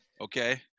Okay